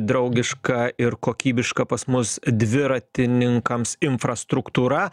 draugiška ir kokybiška pas mus dviratininkams infrastruktūra